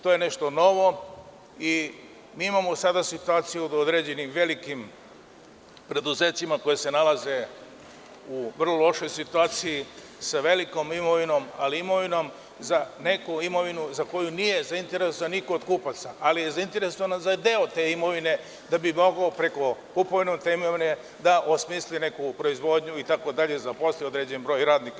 To je nešto novo i mi sada imamo situaciju da u određenim i velikim preduzećima koji se nalaze u vrlo lošoj situaciji, sa velikom imovinom, ali imovinom za koju nije zainteresovan niko od kupaca, ali je zainteresovan za deo te imovine da bi mogao preko kupovine da osmisli neku proizvodnju i zaposli određen broj radnika.